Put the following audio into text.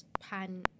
pan